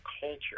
culture